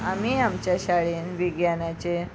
आमी आमच्या शाळेन विज्ञानाचे